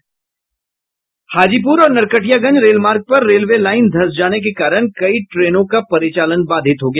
वहीं हाजीपुर और नरकटियागंज रेलमार्ग पर रेलवे लाइन धंस जाने के कारण कई ट्रेनों का परिचालन बाधित हो गया